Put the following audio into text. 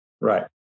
right